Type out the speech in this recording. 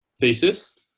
thesis